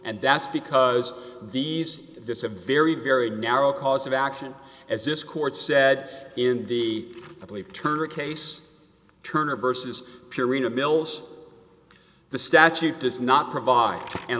and that's because these this a very very narrow cause of action as this court said in the i believe turner case turner versus purina mills the statute does not provide an